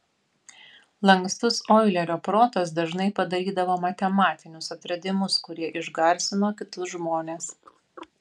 lankstus oilerio protas dažnai padarydavo matematinius atradimus kurie išgarsino kitus žmones